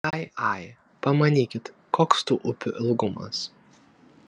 ai ai pamanykit koks tų upių ilgumas